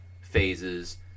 phases